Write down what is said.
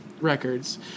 Records